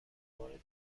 مورد